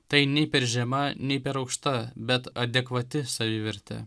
tai nei per žema nei per aukšta bet adekvati savivertė